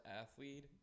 athlete